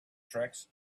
tricks